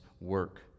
work